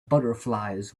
butterflies